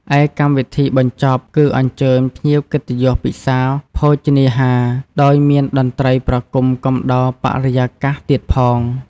ឯកម្មវិធីបញ្ចប់គឺអញ្ជើញភ្ញៀវកិត្តិយសពិសារភោជនាហារ ដោយមានតន្ត្រីប្រគុំកំដរបរិយាកាសទៀតផង ។